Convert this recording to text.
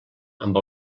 amb